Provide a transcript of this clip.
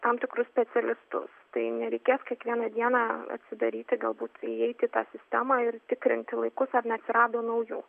tam tikrų specialistų tai nereikės kiekvieną dieną sudaryti galbūt įeiti į tą sistemą ir tikrinti laikus ar neatsirado naujų